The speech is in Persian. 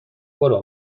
برو